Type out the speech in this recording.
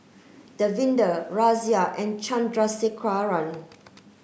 Davinder Razia and Chandrasekaran